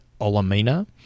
Olamina